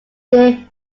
dear